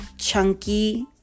chunky